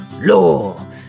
Law